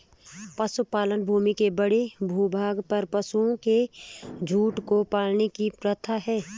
पशुपालन भूमि के बड़े भूभाग पर पशुओं के झुंड को पालने की प्रथा है